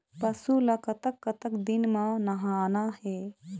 पशु ला कतक कतक दिन म नहाना हे?